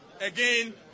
again